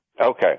Okay